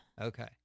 Okay